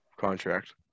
contract